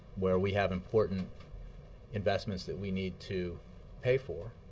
where we have important investments that we need to pay for,